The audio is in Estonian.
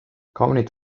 kaunid